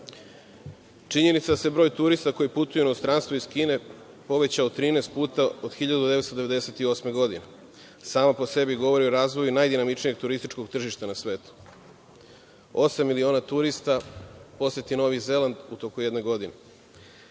Činjenica da se broj turista koji putuju u inostranstvo iz Kine povećao 13 puta od 1998. godine, sama po sebi govori o razvoju najdinamičnijeg turističkog tržišta na svetu. Osam miliona turista poseti Novi Zeland u toku jedne